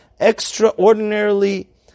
extraordinarily